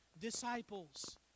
disciples